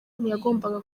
ntiyagombaga